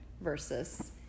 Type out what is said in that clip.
versus